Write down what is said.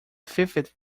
fifth